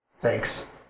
Thanks